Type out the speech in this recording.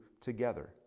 together